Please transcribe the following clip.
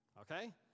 Okay